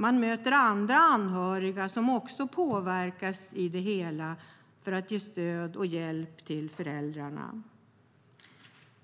Man möter andra anhöriga som också påverkas i det hela för att ge stöd och hjälp till föräldrarna.